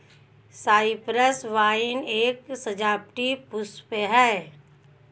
Cyprus vine एक सजावटी पुष्प है